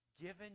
given